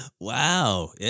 Wow